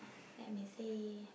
let me see